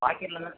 பாக்கெட்டில் தான்